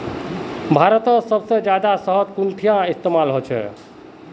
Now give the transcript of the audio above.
भारतत सबसे जादा शहद कुंठिन इस्तेमाल ह छे